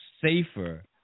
safer